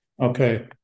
Okay